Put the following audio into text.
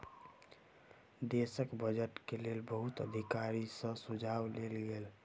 देशक बजट के लेल बहुत अधिकारी सॅ सुझाव लेल गेल